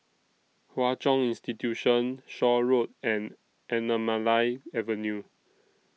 Hwa Chong Institution Shaw Road and Anamalai Avenue